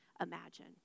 imagine